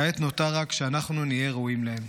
כעת נותר רק שאנחנו נהיה ראויים להם.